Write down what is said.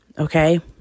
Okay